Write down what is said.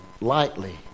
lightly